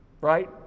Right